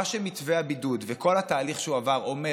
מה שמתווה הבידוד וכל התהליך שהוא עבר אומר,